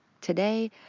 today